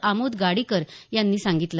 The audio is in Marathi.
आमोद गडीकर यांनी सांगितलं